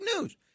news